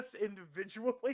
individually